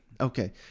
Okay